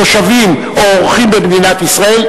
תושבים או אורחים במדינת ישראל,